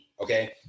okay